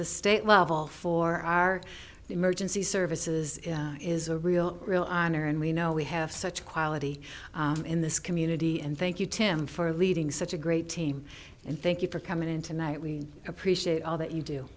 the state level for our emergency services is a real real honor and we know we have such quality in this community and thank you tim for leading such a great team and thank you for coming in tonight we appreciate all that you do